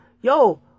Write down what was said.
yo